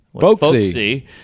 folksy